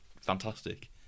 fantastic